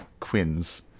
Quins